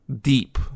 deep